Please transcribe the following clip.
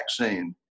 vaccine